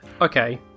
Okay